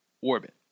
orbit